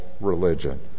religion